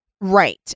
Right